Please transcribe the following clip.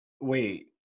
Wait